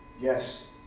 yes